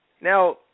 Now